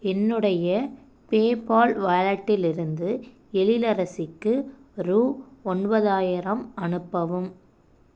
என்னுடைய பேபால் வாலெட்டிலிருந்து எலிலரசிக்கு ரூ ஒன்பதாயிரம் அனுப்பவும்